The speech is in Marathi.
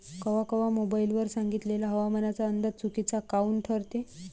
कवा कवा मोबाईल वर सांगितलेला हवामानाचा अंदाज चुकीचा काऊन ठरते?